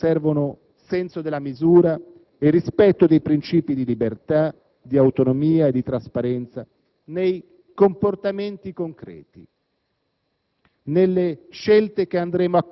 Ma più di ogni altra cosa servono senso della misura e rispetto dei princìpi di libertà, di autonomia e di trasparenza nei comportamenti concreti,